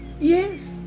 yes